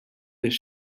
this